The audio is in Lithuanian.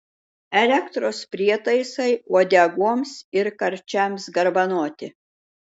elektros prietaisai uodegoms ir karčiams garbanoti